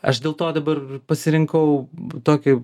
aš dėl to dabar pasirinkau tokį